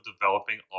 developing